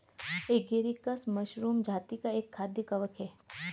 agaricus mushroom जाती का एक खाद्य कवक है